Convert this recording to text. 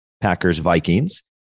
Packers-Vikings